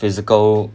physical